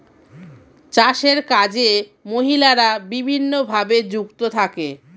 চাষের কাজে মহিলারা বিভিন্নভাবে যুক্ত থাকে